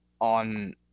on